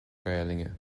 gaeilge